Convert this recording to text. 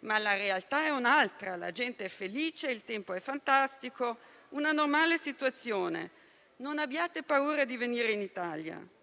Ma la realtà è un'altra. (...) la gente è felice e il tempo è fantastico. Una normale situazione. (...) Non abbiate paura di venire in Italia». Viene